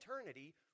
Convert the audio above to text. eternity